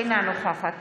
אינה נוכחת